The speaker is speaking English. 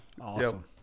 Awesome